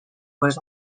was